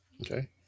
Okay